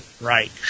Right